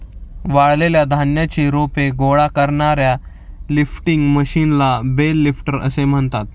वाळलेल्या धान्याची रोपे गोळा करणाऱ्या लिफ्टिंग मशीनला बेल लिफ्टर असे म्हणतात